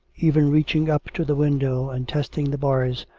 even reaching up to the window and testing the bars,